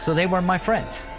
so they were my friends.